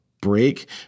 break